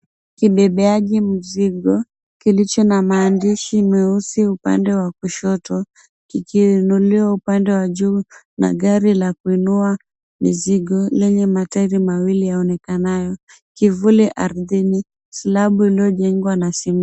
Kibebeaji mzigo kilicho na maandishi meusi upande wa kushoto kikiinuliwa upande wa juu na gari la kuinua mizigo lenye matairi mawili yaonekanayo, kivuli ardhini slab iliyojengwa na simiti.